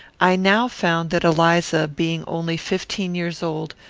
i now found that eliza, being only fifteen years old,